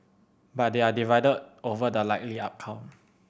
but they are divided over the likely outcome